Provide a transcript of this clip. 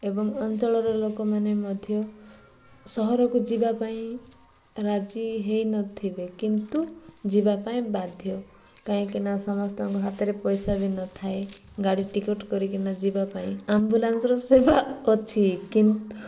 ଏବଂ ଅଞ୍ଚଳର ଲୋକମାନେ ମଧ୍ୟ ସହରକୁ ଯିବା ପାଇଁ ରାଜି ହେଇନଥିବେ କିନ୍ତୁ ଯିବା ପାଇଁ ବାଧ୍ୟ କାହିଁକିନା ସମସ୍ତଙ୍କ ହାତରେ ପଇସା ବି ନଥାଏ ଗାଡ଼ି ଟିକେଟ୍ କରିକିନା ଯିବା ପାଇଁ ଆମ୍ବୁଲାନ୍ସର ସେବା ଅଛି କିନ୍ତୁ